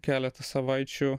keletą savaičių